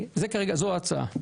זאת כרגע ההצעה.